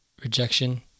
rejection